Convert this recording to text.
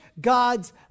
God's